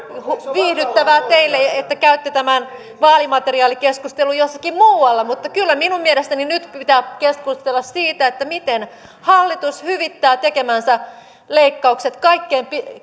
viihdyttävää teille että käytte tämän vaalimateriaalikeskustelun jossakin muualla mutta kyllä minun mielestäni nyt pitää keskustella siitä miten hallitus hyvittää tekemänsä leikkaukset kaikkein